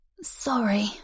Sorry